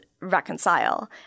reconcile